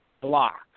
block